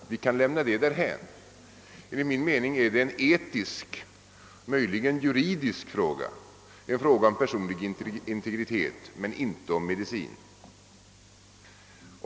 Vi kan lämna den saken därhän. Enligt min uppfattning är detta en etisk — möjligen juridisk — fråga, en fråga om den personliga integriteten men inte om medicin.